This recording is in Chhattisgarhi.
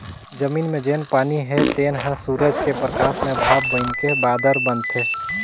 जमीन मे जेन पानी हे तेन हर सुरूज के परकास मे भांप बइनके बादर बनाथे